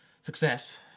success